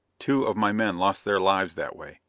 two of my men lost their lives that way.